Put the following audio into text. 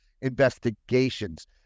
investigations